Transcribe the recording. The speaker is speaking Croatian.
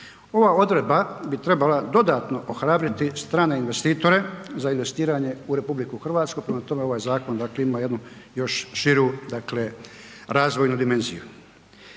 Ova odredba bi trebala dodatno ohrabriti strane investitore za investiranje u RH, prema tome ovaj zakon, dakle ima jednu još širu, dakle razvojnu dimenziju.